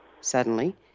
Suddenly